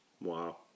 Wow